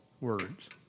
words